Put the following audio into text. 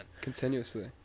continuously